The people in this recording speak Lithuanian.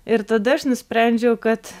ir tada aš nusprendžiau kad